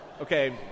Okay